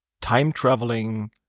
time-traveling